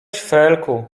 felku